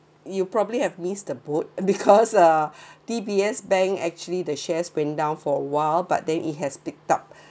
you probably have missed the boat because uh D_B_S bank actually the shares went down for a while but then it has picked up